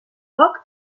poc